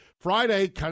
Friday